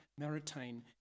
Maritain